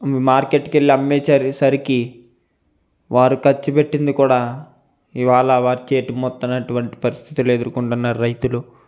మార్కెట్కు వెళ్ళి అమ్మేచసరికి వారు ఖర్చు పెట్టింది కూడా ఇవాళ వారి చేతి మొత్తనటువంటి పరిస్థితిలు ఎదుర్కొంటున్నారు రైతులు